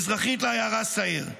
מזרחית לעיירה סיעיר,